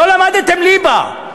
לא למדתם ליבה.